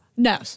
No